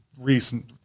recent